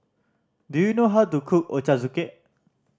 do you know how to cook Ochazuke